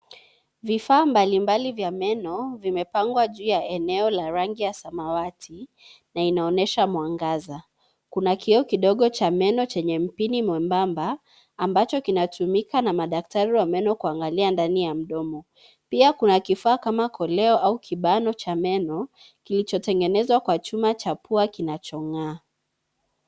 Vifaa mbalimbali vya meno vimepangwa juu ya eneo la rangi ya samawati na inaonyesha mwangaza. Kuna kioo kidogo cha meno chenye mpini mwebamba ambacho kinatumika na madaktari wa meno kuangalia ndani ya mdomo. Pia kuna kifaa kama koleo au kibano cha meno kilichotengenezwa kwa chuma cha pua kinachong'aa.